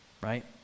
right